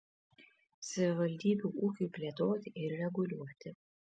savivaldybių ūkiui plėtoti ir reguliuoti